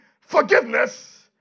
forgiveness